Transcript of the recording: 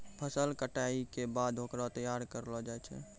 फसल कटाई के बाद होकरा तैयार करलो जाय छै